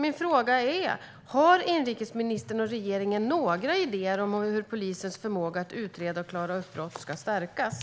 Min fråga är: Har inrikesministern och regeringen några idéer om hur polisens förmåga att utreda och klara upp brott ska stärkas?